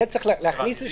צריך יהיה להכניס,